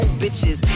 bitches